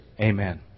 Amen